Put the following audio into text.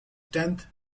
tenth